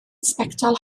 sbectol